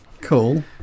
Cool